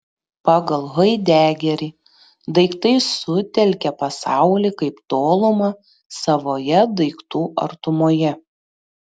pagal haidegerį daiktai sutelkia pasaulį kaip tolumą savoje daiktų artumoje